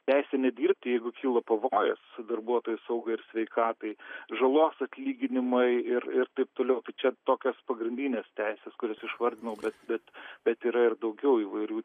teisė nedirbti jeigu kilo pavojus darbuotojų saugai ir sveikatai žalos atlyginimai ir ir taip toliau tai čia tokios pagrindinės teisės kurias išvardinau bet bet bet yra ir daugiau įvairių